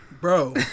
Bro